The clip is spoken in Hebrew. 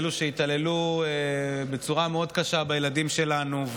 אלו שהתעללו בצורה מאוד קשה בילדים שלנו,